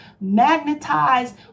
magnetized